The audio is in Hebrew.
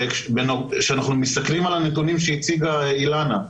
כשאנחנו מסתכלים על הנתונים שהציגה אילנה,